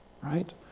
right